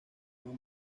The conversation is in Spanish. más